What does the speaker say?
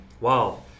Wow